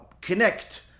connect